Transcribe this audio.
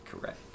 correct